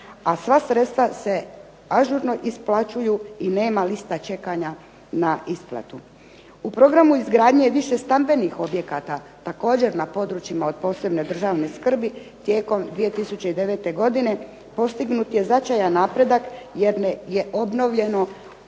a sva sredstva se ažurno isplaćuju i nema lista čekanja na isplatu. U programu izgradnje više stambenih objekata također na područjima od posebne državne skrbi, tijekom 2009. godine postignut je značajan napredak jer je obnovljeno